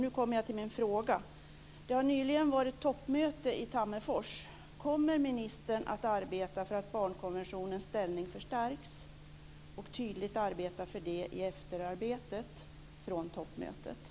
Nu kommer jag till min fråga: Det har nyligen varit toppmöte i Tammerfors, kommer ministern att i efterarbetet från toppmötet tydligt arbeta för att barnkonventionens ställning förstärks?